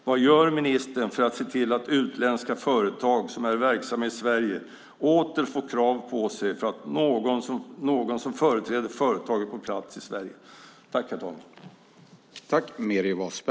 Vad gör ministern för att se till att utländska företag verksamma i Sverige åter får krav på sig att ha någon som företräder företaget på plats i Sverige?